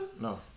No